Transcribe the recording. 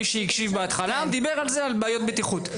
מי שהקשיב בהתחלה, הוא דיבר על בעיות בטיחות.